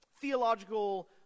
theological